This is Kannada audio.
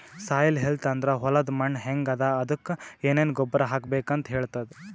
ಸಾಯಿಲ್ ಹೆಲ್ತ್ ಅಂದ್ರ ಹೊಲದ್ ಮಣ್ಣ್ ಹೆಂಗ್ ಅದಾ ಅದಕ್ಕ್ ಏನೆನ್ ಗೊಬ್ಬರ್ ಹಾಕ್ಬೇಕ್ ಅಂತ್ ಹೇಳ್ತದ್